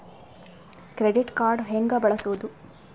Credit card ಹೆಂಗ ಬಳಸೋದು?